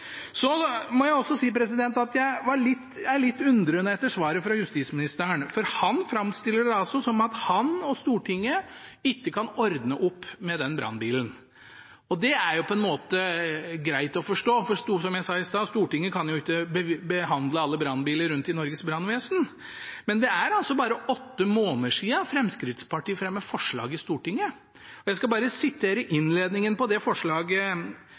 må også si at jeg er litt undrende over svaret fra justisministeren, for han framstiller det som at han og Stortinget ikke kan ordne opp med den brannbilen. Det er på en måte greit å forstå, for, som jeg sa i stad, Stortinget kan ikke behandle alle brannbiler rundt om i alle Norges brannvesen. Men det er bare åtte måneder siden Fremskrittspartiet fremmet forslag i Stortinget. Jeg skal bare sitere innledningen på det forslaget: